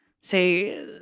say